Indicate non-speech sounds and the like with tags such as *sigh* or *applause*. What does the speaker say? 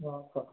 *unintelligible*